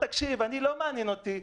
אני לא מעניין אותי,